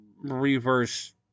reverse